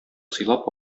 сыйлап